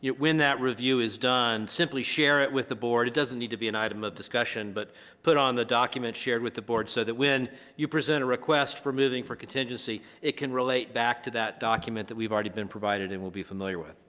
when that review is done, simply share it with the board. it doesn't need to be an item of discussion, but put it on the document shared with the board so that when you present a request for moving for contingency it can relate back to that document that we've already been provided and we'll be familiar with.